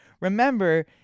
Remember